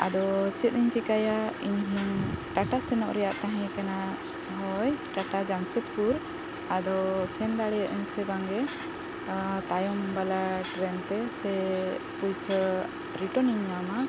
ᱟᱫᱚ ᱪᱮᱫ ᱤᱧ ᱪᱤᱠᱟᱹᱭᱟ ᱤᱧ ᱦᱩᱱᱟᱹᱝ ᱴᱟᱴᱟ ᱥᱮᱱᱚᱜ ᱨᱮᱱᱟᱜ ᱛᱟᱦᱮᱸ ᱠᱟᱱᱟ ᱦᱚᱭ ᱴᱟᱴᱟ ᱡᱟᱢᱥᱮᱫᱽᱯᱩᱨ ᱟᱫᱚ ᱥᱮᱱ ᱫᱟᱲᱮᱭᱟᱜ ᱟᱹᱧ ᱥᱮ ᱵᱟᱝᱜᱮ ᱛᱟᱭᱚᱢ ᱵᱟᱞᱟ ᱴᱨᱮᱱ ᱛᱮ ᱥᱮ ᱯᱚᱭᱥᱟ ᱨᱤᱴᱟᱨᱱ ᱤᱧ ᱧᱟᱢᱟ